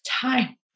time